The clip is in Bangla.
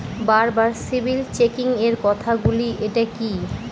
বারবার সিবিল চেকিংএর কথা শুনি এটা কি?